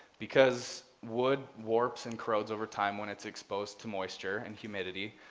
because wood warps and curves over time when it's exposed to moisture and humidity.